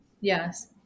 Yes